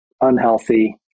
unhealthy